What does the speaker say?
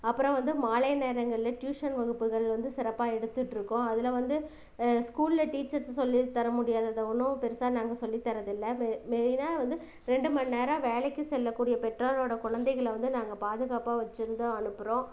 அப்புறம் வந்து மாலை நேரங்கள்ல ட்யூஷன் வகுப்புகள் வந்து சிறப்பாக எடுத்துகிட்ருக்கோம் அதில் வந்து ஸ்கூல்ல டீச்சர்ஸு சொல்லி தர முடியாததை ஒன்றும் பெருசாக நாங்கள் சொல்லி தரதில்லை மெ மெயினா வந்து ரெண்டு மணிநேரம் வேலைக்கு செல்லக்கூடிய பெற்றோரோடய குழந்தைகளை வந்து நாங்கள் பாதுகாப்பாக வச்சிருந்தும் அனுப்புகிறோம்